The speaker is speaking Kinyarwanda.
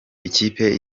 ikipe